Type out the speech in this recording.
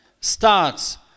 starts